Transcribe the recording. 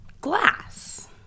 glass